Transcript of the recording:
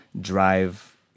drive